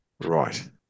right